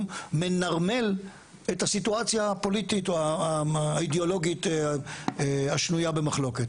מנרמל את הסיטואציה הפוליטית או האידיאולוגית השנויה במחלוקת.